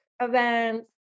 events